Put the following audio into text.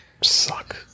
Suck